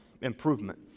improvement